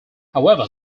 however